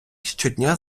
щодня